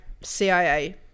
cia